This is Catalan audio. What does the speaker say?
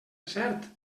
cert